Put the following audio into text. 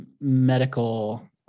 medical